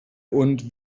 und